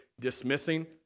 dismissing